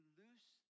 loose